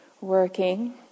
working